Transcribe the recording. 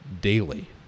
daily